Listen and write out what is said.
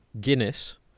Guinness